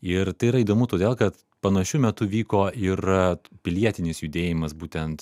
ir tai yra įdomu todėl kad panašiu metu vyko ir pilietinis judėjimas būtent